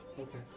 Okay